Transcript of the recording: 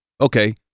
Okay